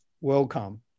welcome